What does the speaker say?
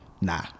nah